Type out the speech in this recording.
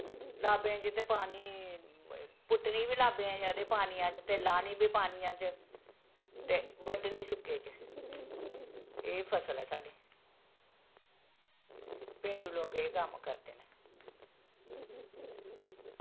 लाब्बें च ते पानी पुट्टनी बी लाब्बें जेह्ड़ी पानियै च ते लानी बी पानियै च ते बड्डनी सुक्के च एह् फसल ऐ साढ़ी पेंडू लोग एह् कम्म करदे न